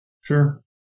Sure